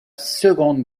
seconde